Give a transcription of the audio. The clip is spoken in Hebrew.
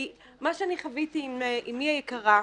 מה שחוויתי עם אמי היקרה,